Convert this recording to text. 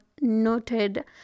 noted